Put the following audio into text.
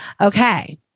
okay